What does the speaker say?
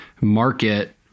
Market